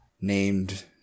Named